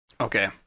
Okay